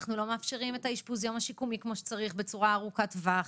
אנחנו לא מאפשרים את אשפוז היום השיקומי כמו שצריך בצורה ארוכת טווח,